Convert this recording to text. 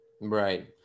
Right